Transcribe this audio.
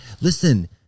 Listen